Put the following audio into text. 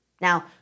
Now